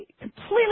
Completely